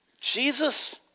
Jesus